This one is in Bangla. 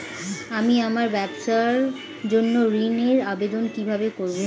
আমি আমার ব্যবসার জন্য ঋণ এর আবেদন কিভাবে করব?